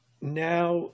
now